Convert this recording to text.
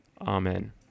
Amen